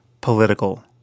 political